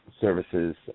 services